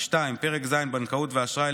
פרק ז' בנקאות ואשראי,